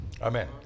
Amen